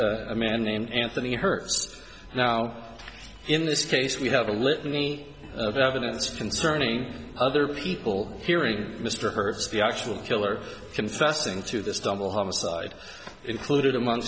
a man named anthony hurst now in this case we have a litany of evidence concerning other people hearing mr hurts the actual killer confessing to this double homicide included among